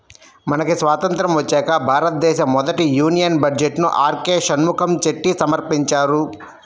మనకి స్వతంత్రం వచ్చాక భారతదేశ మొదటి యూనియన్ బడ్జెట్ను ఆర్కె షణ్ముఖం చెట్టి సమర్పించారు